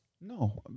No